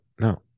no